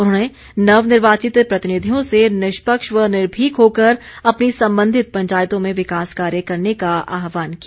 उन्होंने नवनिर्वाचित प्रतिनिधियों से निष्पक्ष व निर्भीक होकर अपनी संबंधित पंचायतों में विकास कार्य करने का आहवान किया